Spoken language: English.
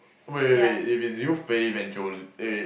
wait wait wait if it's you Faith and Jol~ eh